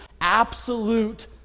absolute